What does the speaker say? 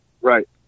Right